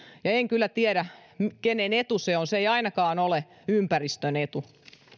ja en kyllä tiedä kenen etu se on se ei ole ainakaan ympäristön etu